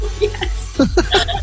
yes